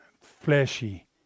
fleshy